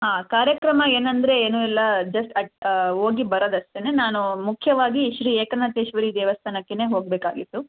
ಹಾಂ ಕಾರ್ಯಕ್ರಮ ಏನಂದರೆ ಏನೂ ಇಲ್ಲ ಜಸ್ಟ್ ಅಟ್ ಹೋಗಿ ಬರೋದಷ್ಟೇನೆ ನಾನು ಮುಖ್ಯವಾಗಿ ಶ್ರೀ ಏಕನಾಥೇಶ್ವರಿ ದೇವಸ್ಥಾನಕ್ಕೇನೆ ಹೋಗಬೇಕಾಗಿತ್ತು